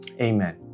Amen